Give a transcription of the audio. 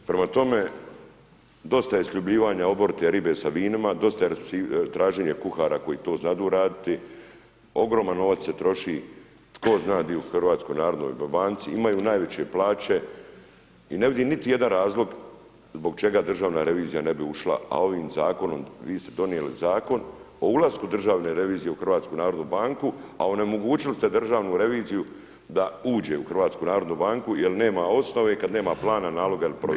Prema tome, dosta je sljubljivanja oborite ribe sa vinima, dosta je traženje kuhara koji to znadu raditi, ogroman novac se troši, tko zna di u HNB-u imaju najveće plaće i ne vidim niti jedan razlog zbog čega Državna revizija ne bi ušla, a ovim zakonom, vi ste donijeli Zakon o ulasku državne revizije u HNB-u, a onemogućili ste Državnu reviziju da uđe u HNB jel nema osnove kad nema plana, naloga il provedbe.